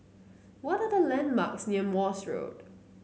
what the landmarks near Morse Road